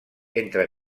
entre